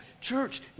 Church